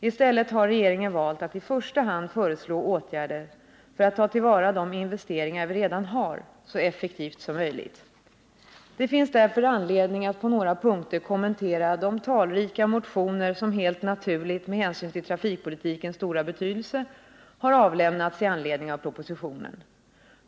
I stället har regeringen valt att i första hand föreslå åtgärder för att ta till vara de investeringar vi redan har så effektivt som möjligt. Det finns därför anledning att på några punkter kommentera de talrika motioner som helt naturligt, med hänsyn till trafikpolitikens stora betydelse, har avlämnats i anledning av propositionen.